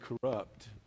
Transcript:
corrupt